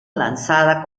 lanzada